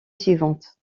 suivante